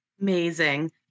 Amazing